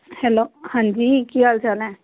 hello ਹਾਂਜੀ ਕੀ ਹਾਲ ਚਾਲ ਹੈ